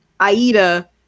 Aida